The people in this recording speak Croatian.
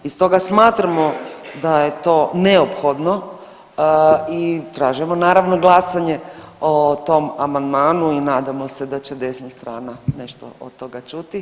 I stoga smatramo da je to neophodno i tražimo naravno glasanje o tom amandmanu i nadamo se da će desna strana nešto od toga čuti.